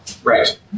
Right